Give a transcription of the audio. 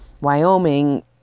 Wyoming